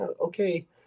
okay